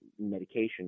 medication